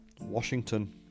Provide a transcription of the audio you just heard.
Washington